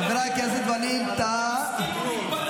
השר גולדקנופ, היה משא ומתן, הם הסכימו להתפנות.